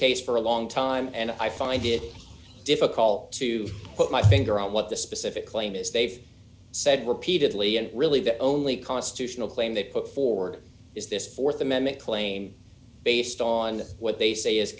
case for a long time and i find it difficult to put my finger on what the specific claim is they've said repeatedly and really the only constitutional claim they put forward is this th amendment claim based on what they say is